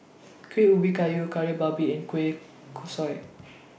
Kuih Ubi Kayu Kari Babi and Kueh Kosui